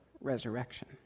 resurrection